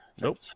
Nope